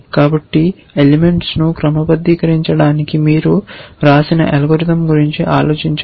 కాబట్టి ఎలెమెంట్స్ ను క్రమబద్ధీకరించడానికి మీరు వ్రాసిన అల్గోరిథం గురించి ఆలోచించండి